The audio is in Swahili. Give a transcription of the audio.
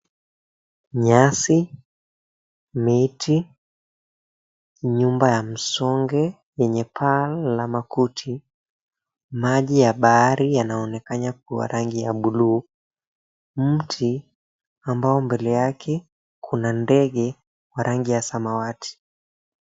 Nyasi, miti, nyumba ya msonge yenye paa la makuti. Maji ya bahari yanaonekana kuwa rangi ya buluu. Mti ambao mbele yake kuna ndege wa rangi ya samawati.